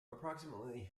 approximately